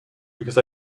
because